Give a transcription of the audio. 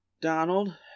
Donald